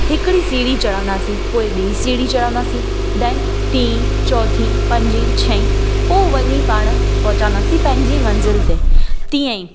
हिकिड़ी सीढ़ी चढ़ंदासीं पोइ बी सीढ़ी देन टी चौथी पंजी छहीं पोइ वञी पाण पहुचंदासीं पंहिंजी मंज़िल ते तीअं ई